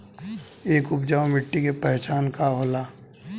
एक उपजाऊ मिट्टी के पहचान का होला?